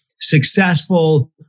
successful